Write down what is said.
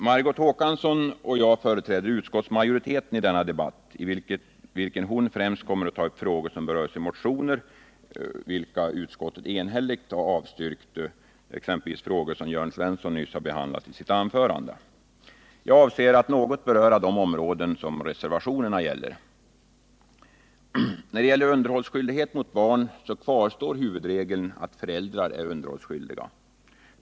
Margot Håkansson och jag företräder utskottsmajoriteten i denna debatt, i vilken hon främst kommer att ta upp frågor som berörs i motioner som vi enhälligt avstyrkt — exempelvis frågor som Jörn Svensson nyss behandlade i sitt anförande. Jag avser att något beröra de områden som reservationerna gäller. I fråga om underhållsskyldighet mot barn kvarstår huvudregeln att föräldrar är underhållsskyldiga.